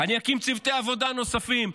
אני אקים צוותי עבודה נוספים.